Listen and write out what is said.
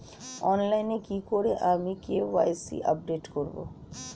অনলাইনে কি করে আমি কে.ওয়াই.সি আপডেট করব?